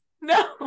No